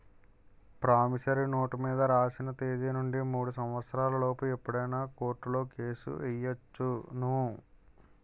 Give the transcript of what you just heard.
promissory note మీద రాసిన తేదీ నుండి మూడు సంవత్సరాల లోపు ఎప్పుడైనా కోర్టులో కేసు ఎయ్యొచ్చును